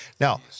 Now